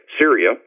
Syria